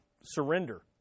surrender